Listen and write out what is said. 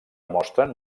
mostren